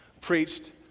preached